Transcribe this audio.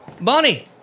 Bonnie